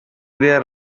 their